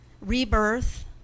rebirth